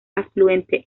afluente